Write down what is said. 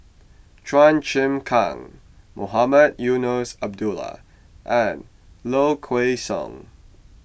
Chua Chim Kang Mohamed Eunos Abdullah and Low Kway Song